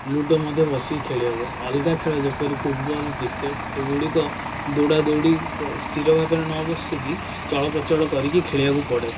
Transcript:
ludo ମଧ୍ୟ ବସିକି ଖେଳି ହେବ ଅଲଗା ଖେଳ ଯେପରି ଫୁଟବଲ୍ କ୍ରିକେଟ ଏଗୁଡ଼ିକ ଦୌଡ଼ା ଦୌଡ଼ି ସ୍ଥିର ଭାବରେ ନ ବସିକି ଚଳପ୍ରଚଳ କରିକି ଖେଳିବାକୁ ପଡ଼େ